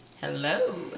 Hello